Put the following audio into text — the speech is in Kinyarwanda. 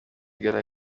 ikaba